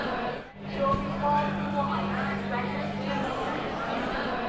she will be worldly wise, and render to caesar his dues,